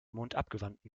mondabgewandten